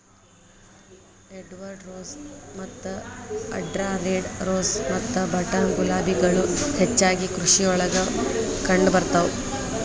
Edward rose ಮತ್ತ Andhra red rose ಮತ್ತ button ಗುಲಾಬಿಗಳು ಹೆಚ್ಚಾಗಿ ಕೃಷಿಯೊಳಗ ಕಂಡಬರ್ತಾವ